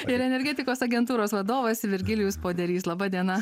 ir energetikos agentūros vadovas virgilijus poderys laba diena